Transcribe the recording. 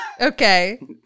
Okay